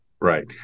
Right